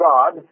God